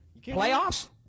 Playoffs